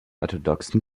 orthodoxen